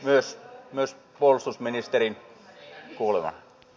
toivoisin myös puolustusministerin kuulevan